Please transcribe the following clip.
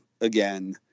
again